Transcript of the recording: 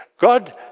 God